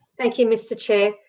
thank you, mr chair.